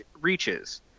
reaches